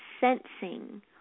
sensing